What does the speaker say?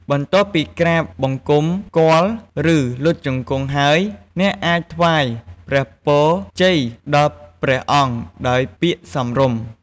បន្ទាប់ពីក្រាបបង្គំគាល់ ឬលុតជង្គង់ហើយ អ្នកអាចថ្វាយព្រះពរជ័យដល់ព្រះអង្គដោយពាក្យសមរម្យ។